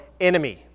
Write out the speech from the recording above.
enemy